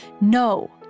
No